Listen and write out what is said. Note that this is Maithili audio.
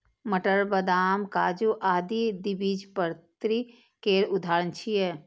मटर, बदाम, काजू आदि द्विबीजपत्री केर उदाहरण छियै